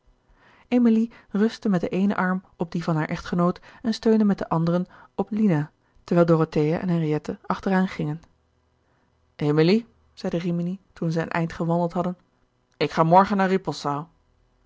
emilie rustte met den eenen arm op dien van haar echtgenoot en steunde met den anderen op lina terwijl dorothea en henriette achteraan gingen emilie zeide rimini toen zij een eind gewandeld hadden ik ga morgen naar